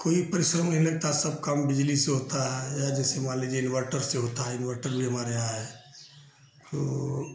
कोई परिश्रम नहीं लगता सब काम बिजली से होता है या जैसे मान लीजिए इन्वर्टर से होता है इन्वर्टर भी हमारे यहाँ है तो